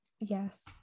Yes